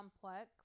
complex